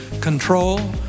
control